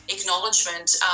acknowledgement